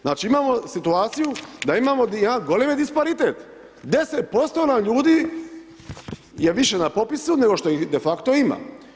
Znači imamo situaciju da imamo jedan golemi disparitet, 10% ljudi je više na popisu nego što ih de facto ima.